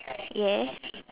yeah